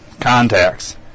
contacts